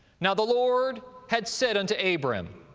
now the lord had said unto abram,